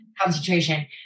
concentration